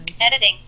Editing